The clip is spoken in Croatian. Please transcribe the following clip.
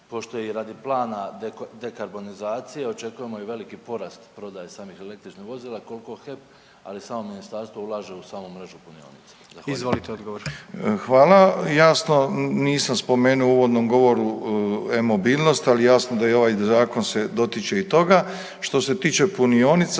pošto je i radi plana dekarbonizacije očekujemo i veliki porast prodaje samih električnih vozila, koliko HEP ali i samo ministarstvo ulaže u samu mrežu punionica. Zahvaljujem. **Jandroković, Gordan (HDZ)** Izvolite odgovor. **Milatić, Ivo** Hvala. Jasno, nisam spomenuo u uvodnom govoru e-mobilnost, ali jasno da i ovaj zakon se dotiče i toga. Što se tiče punionica